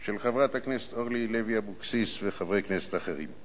של חברת הכנסת אורלי לוי אבקסיס וחברי כנסת אחרים.